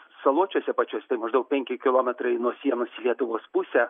saločiuose pačiuose maždaug penki kilometrai nuo sienos į lietuvos pusę